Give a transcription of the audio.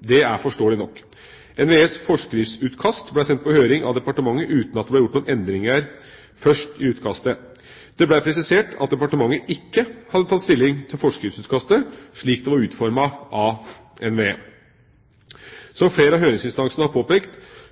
det er forståelig nok. NVEs forskriftsutkast ble sendt på høring av departementet uten at det ble gjort noen endringer først i utkastet. Det ble presisert at departementet ikke hadde tatt stilling til forskriftsutkastet slik det var utformet av NVE. Som flere av høringsinstansene har påpekt,